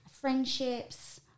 friendships